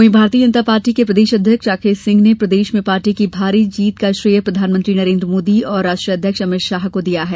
वहीं भारतीय जनता पार्टी के प्रदेश अध्यक्ष राकेश सिंह ने प्रदेश में पार्टी की भारी जीत श्रेय प्रधानमंत्री नरेन्द्र मोदी और राष्ट्रीय अध्यक्ष अमित शाह को दिया है